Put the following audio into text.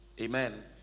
Amen